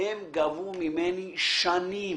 המשיכו לגבות ממני במשך שנים.